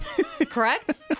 Correct